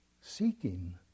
seeking